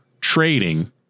trading